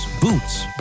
boots